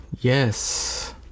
yes